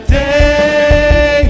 day